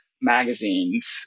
magazines